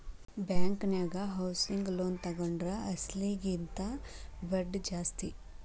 ಬ್ಯಾಂಕನ್ಯಾಗ housing loan ತಗೊಂಡ್ರ ಅಸ್ಲಿನ ಕಿಂತಾ ಬಡ್ದಿ ಜಾಸ್ತಿ